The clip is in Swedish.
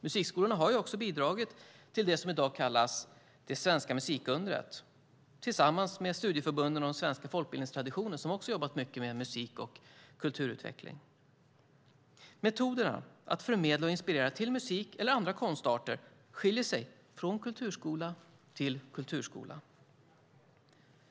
Musikskolorna har bidragit till det som i dag kallas det svenska musikundret tillsammans med studieförbunden som jobbat mycket med musik och kulturutveckling och den svenska folkbildningstraditionen. Metoderna att förmedla och inspirera till musik eller andra konstarter skiljer sig från kulturskola till kulturskola.